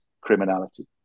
criminality